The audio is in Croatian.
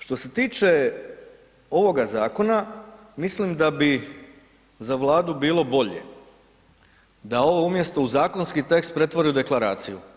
Što se tiče ovoga zakona mislim da bi za Vladu bilo bolje da ovo umjesto u zakonski tekst pretvori u deklaraciju.